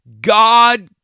God